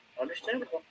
Understandable